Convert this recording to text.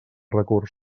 recurs